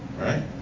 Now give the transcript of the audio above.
Right